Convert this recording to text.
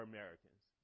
Americans